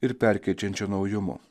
ir perkeičiančio naujumo